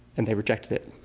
and they rejected it.